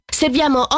serviamo